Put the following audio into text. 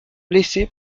blessé